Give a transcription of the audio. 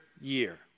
year